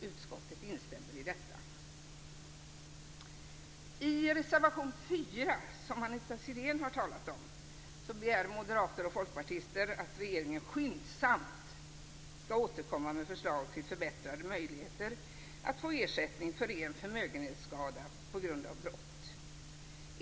Utskottet instämmer i detta. I reservation nr 4, som Anita Sidén har talat om, begär moderater och folkpartister att regeringen skyndsamt skall återkomma med förslag till förbättrade möjligheter att få ersättning för ren förmögenhetsskada på grund av brott.